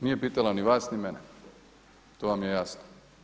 Nije pitala ni vas ni mene, to vam je jasno.